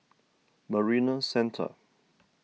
Marina Centre